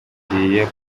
ugiye